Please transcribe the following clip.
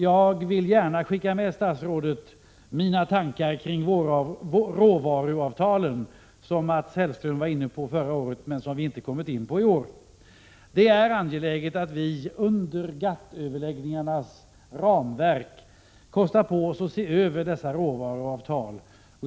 Jag vill gärna skicka med statsrådet mina tankar kring råvaruavtalen. Mats Hellström var inne på dem förra året, men vi har inte kommit in på dem i år. Det är angeläget att vi inom GATT-överläggningarnas ramverk kostar på oss att se över dessa råvaruavtal.